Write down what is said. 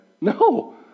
no